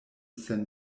sen